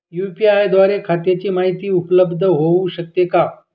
UPI द्वारे खात्याची माहिती उपलब्ध होऊ शकते का?